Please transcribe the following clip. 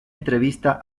entrevista